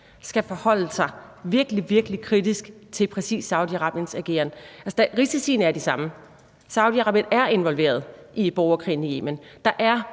skal forholde sig virkelig, virkelig kritisk til præcis Saudi-Arabiens ageren? Altså, risiciene er de samme. Saudi-Arabien er involveret i borgerkrigen i Yemen.